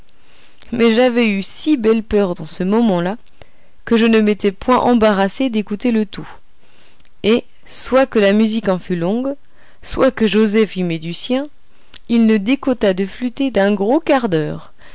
mais j'avais eu si belle peur dans ce moment-là que je ne m'étais point embarrassé d'écouter le tout et soit que la musique en fût longue soit que joseph y mît du sien il ne décota de flûter d'un gros quart d'heure